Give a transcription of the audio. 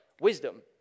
wisdom